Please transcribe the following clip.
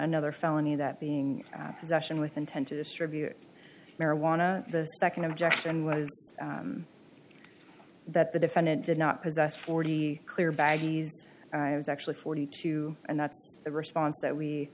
nother felony that being possession with intent to distribute marijuana the second objection was that the defendant did not possess forty clear bag was actually forty two and that's the response that we